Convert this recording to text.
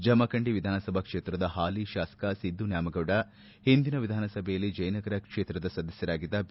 ಜಮಖಂಡಿ ವಿಧಾನಸಭಾ ಕ್ಷೇತ್ರದ ಹಾಲಿ ಶಾಸಕ ಸಿದ್ದು ನ್ಯಾಮಗೌಡ ಓಂದಿನ ವಿಧಾನಸಭೆಯಲ್ಲಿ ಜಯನಗರ ಕ್ಷೇತ್ರದ ಸದಸ್ಕರಾಗಿದ್ದ ಬಿ